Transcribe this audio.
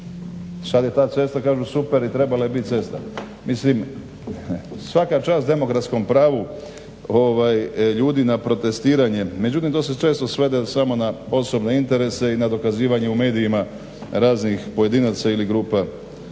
sad je ta cesta kažu super i trebala je bit cesta. Mislim svaka čast demokratskom pravu ljudi na protestiranje, međutim to se često svede samo na osobne interese i na dokazivanje u medijima raznih pojedinaca ili grupa